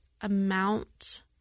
amount